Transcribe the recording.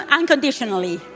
unconditionally